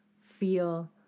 feel